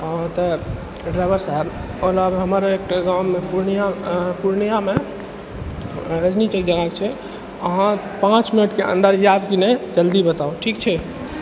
हँ तऽ ड्राइवर साहब ओना हमर एकटा गाँवमे पूर्णिया पूर्णियामे रजनी चौक जगह छै अहाँ पाँच मिनटके अन्दर आबि कि नहि जल्दी बताओ ठीक छै